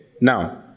Now